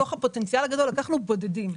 מתוך הפוטנציאל הגדול לקחנו בודדים.